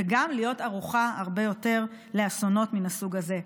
וגם להיות ערוכה הרבה יותר לאסונות מן הסוג הזה.